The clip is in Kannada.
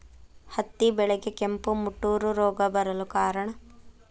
ಹತ್ತಿ ಬೆಳೆಗೆ ಕೆಂಪು ಮುಟೂರು ರೋಗ ಬರಲು ಕಾರಣ?